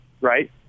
right